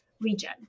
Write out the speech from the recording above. region